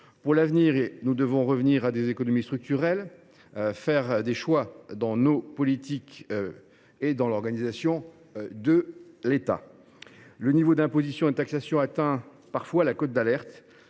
stratégie consistant à réaliser des économies structurelles et faire des choix dans nos politiques et dans l’organisation de l’État. Le niveau d’imposition et de taxation atteint parfois la cote d’alerte